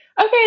okay